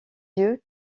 yeux